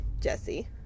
Jesse